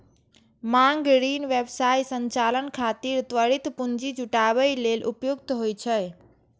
मांग ऋण व्यवसाय संचालन खातिर त्वरित पूंजी जुटाबै लेल उपयुक्त होइ छै